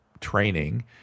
training